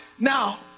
Now